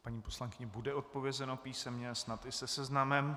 Paní poslankyni bude odpovězeno písemně a snad i se seznamem.